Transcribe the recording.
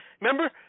Remember